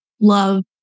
love